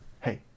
Hey